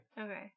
Okay